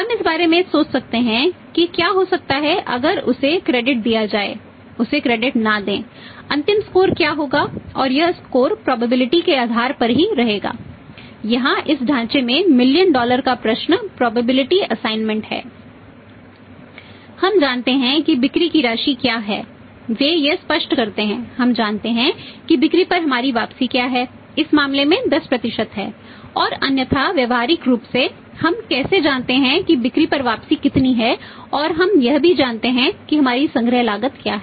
हम जानते हैं कि बिक्री की राशि क्या है वे यह स्पष्ट करते हैं हम जानते हैं कि बिक्री पर हमारी वापसी क्या है इस मामले में 10 है और अन्यथा व्यावहारिक रूप से हम कैसे जानते हैं कि बिक्री पर वापसी कितनी है और हम यह भी जानते हैं कि हमारी संग्रह लागत क्या है